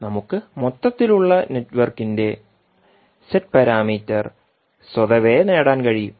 അതിനാൽ നമുക്ക് മൊത്തത്തിലുള്ള നെറ്റ്വർക്കിന്റെ Z പാരാമീറ്റർ സ്വതവേ നേടാൻ കഴിയും